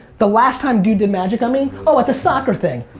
the last time dude did magic on me. oh, at the soccer thing.